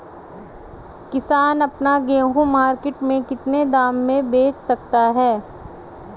किसान अपना गेहूँ मार्केट में कितने दाम में बेच सकता है?